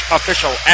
Official